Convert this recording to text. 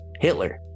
Hitler